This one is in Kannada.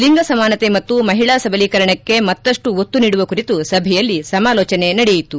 ಲಿಂಗ ಸಮಾನತೆ ಮತ್ತು ಮಹಿಳಾ ಸಬಲೀಕರಣಕ್ಕೆ ಮತ್ತಷ್ಟು ಒತ್ತು ನೀಡುವ ಕುರಿತು ಸಭೆಯಲ್ಲಿ ಸಮಾಲೋಚನೆ ನಡೆಯಿತು